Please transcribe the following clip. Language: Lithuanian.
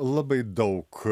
labai daug